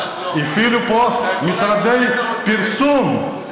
הפעילו פה משרדי פרסום.